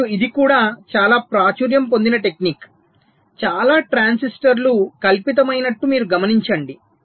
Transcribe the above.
మరియు ఇది కూడా చాలా ప్రాచుర్యం పొందిన టెక్నిక్ చాలా ట్రాన్సిస్టర్లు కల్పితమైనట్టు మీరు గమనించండి